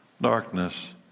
darkness